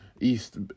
east